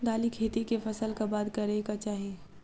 दालि खेती केँ फसल कऽ बाद करै कऽ चाहि?